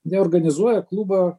jie organizuoja klubą